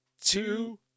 two